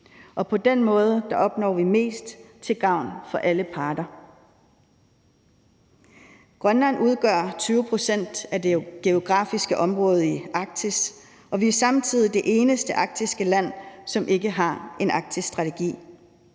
På den måde opnår vi mest til gavn for alle parter. Grønland udgør 20 pct. af det geografiske område i Arktis, og vi er samtidig det eneste arktiske land, som ikke har en arktisk strategi.